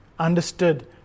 understood